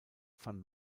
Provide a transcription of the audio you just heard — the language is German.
van